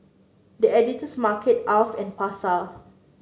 The Editor's Market Alf and Pasar